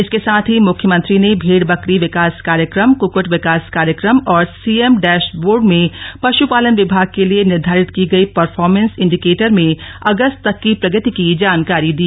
इसके साथ ही मुख्यमंत्री ने भेड़ बकरी विकास कार्यक्रम क्क्कट विकास कार्यक्रम और सीएम डैश बोर्ड में पशुपालन विभाग के लिए निर्घारित की परफॉर्मेँस इंडिकेटर में अगस्त तक की प्रगति की जानकारी ली